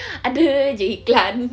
ada jer iklan